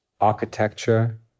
architecture